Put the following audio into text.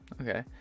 Okay